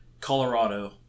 Colorado